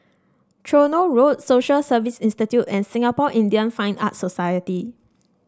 Tronoh Road Social Service Institute and Singapore Indian Fine Arts Society